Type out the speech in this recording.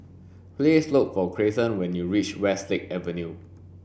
please look for Grayson when you reach Westlake Avenue